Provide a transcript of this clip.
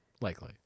Likely